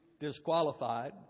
disqualified